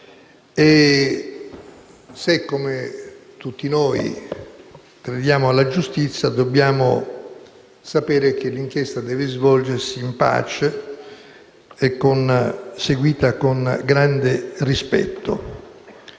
e se tutti noi crediamo alla giustizia, dobbiamo sapere che l'inchiesta deve svolgersi in pace e deve essere seguita con grande rispetto.